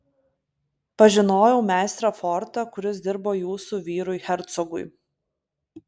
pažinojau meistrą fortą kuris dirbo jūsų vyrui hercogui